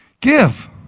Give